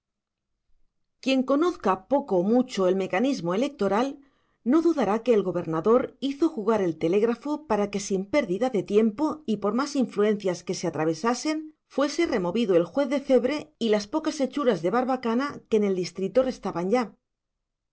quien conozca poco o mucho el mecanismo electoral no dudará que el gobernador hizo jugar el telégrafo para que sin pérdida de tiempo y por más influencias que se atravesasen fuese removido el juez de cebre y las pocas hechuras de barbacana que en el distrito restaban ya